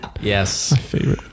Yes